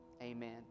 Amen